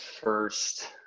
first